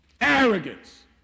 Arrogance